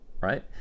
right